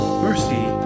mercy